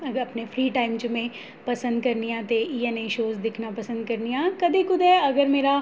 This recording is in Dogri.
अगर अपने टाइम च में पसंद करनी आं ते इ'यै नेह् शोऽ दिक्खना पसंद करनी आं हां कदें कुतै मेरा